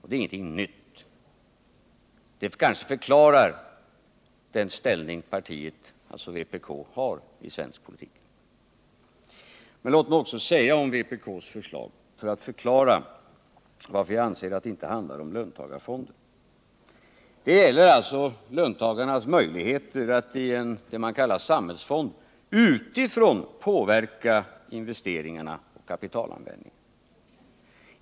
Det är ingenting nytt, men det kanske förklarar den ställning som vpk har i svensk politik. Men låt mig också säga något om vpk:s förslag, för att förklara varför vi anser att de inte handlar om löntagarfonder. Det gäller alltså löntagarnas möjligheter att, i vad man kallar en samhällsfond, utifrån påverka investeringarna och kapitalanvändningen.